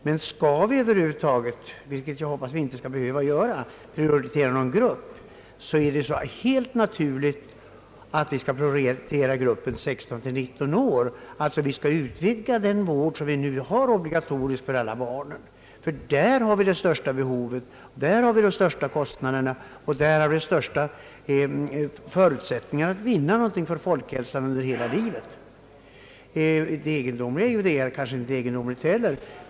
Men skall vi över huvud taget prioritera någon grupp — vilket jag hoppas att vi inte skall behöva — är det helt naturligt att vi skall prioritera gruppen 16—19 år. Vi skall alltså utvidga den vård som nu är obligatorisk för alla barn. För denna grupp har vi det största behovet, de största kostnaderna och de största förutsättningarna att vinna någonting för folkhälsan under människornas hela liv.